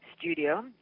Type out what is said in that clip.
studio